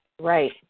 Right